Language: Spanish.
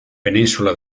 península